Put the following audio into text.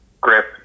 grip